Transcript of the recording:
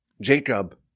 Jacob